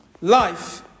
Life